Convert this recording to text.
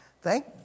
Thank